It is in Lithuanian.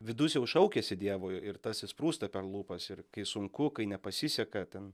vidus jau šaukiasi dievo ir tas išsprūsta per lūpas ir kai sunku kai nepasiseka ten